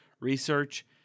research